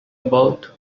about